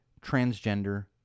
transgender